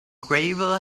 gravel